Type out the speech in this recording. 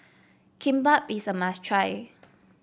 kimbap is a must try